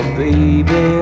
baby